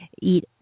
eat